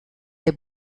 des